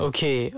Okay